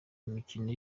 imikino